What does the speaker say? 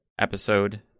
episode